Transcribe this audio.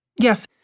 Yes